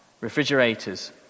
refrigerators